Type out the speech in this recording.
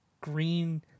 green